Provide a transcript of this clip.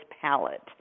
Palette